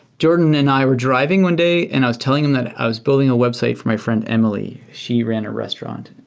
jordan and i were driving one day and i was telling him that i was building a website for my friend emily. she ran a restaurant,